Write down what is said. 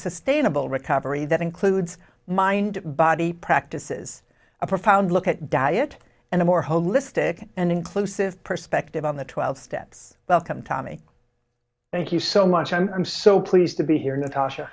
sustainable recovery that includes mind body practices a profound look at diet and a more holistic and inclusive perspective on the twelve steps welcome tommy thank you so much i'm so pleased to be here natasha